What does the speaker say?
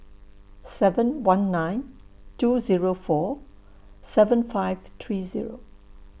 seven one nine two Zero four seven five three Zero